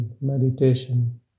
meditation